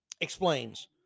explains